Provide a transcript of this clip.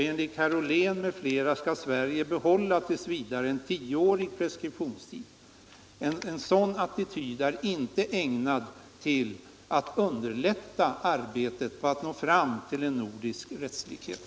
Enligt herr Ollén skall Sverige t. v. behålla en tioårig preskriptionstid. En sådan attityd är inte ägnad att underlätta arbetet på att nå fram till en nordisk rättslikhet.